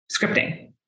scripting